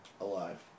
Alive